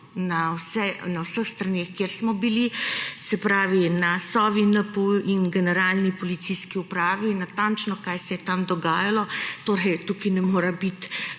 na vseh straneh, kjer smo bili, se pravi na Sovi, NPU in Generalni policijski upravi, natančno, kaj se je tam dogajalo. Torej tukaj ne more biti